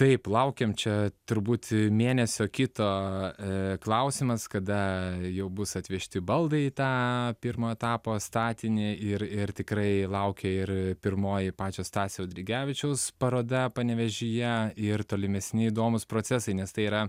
taip laukėm čia turbūt mėnesio kito klausimas kada jau bus atvežti baldai į tą pirmo etapo statinį ir ir tikrai laukia ir pirmoji pačio stasio eidrigevičiaus paroda panevėžyje ir tolimesni įdomūs procesai nes tai yra